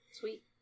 Sweet